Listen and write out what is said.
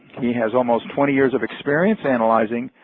he has almost twenty years of experience analyzing